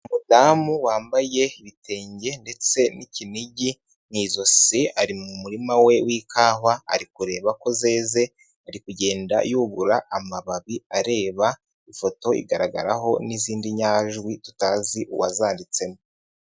Umudamu wambaye ibitenge ndetse n'ikinigi mu izosi, ari mu murima we w'ikawa ari kureba ko zeze, ari kugenda yubura amababi areba, ifoto igaragaraho n'izindi nyajwi tutazi uwazanditsemo.